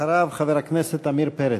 אחריו, חבר הכנסת עמיר פרץ.